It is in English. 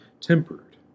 tempered